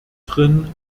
drin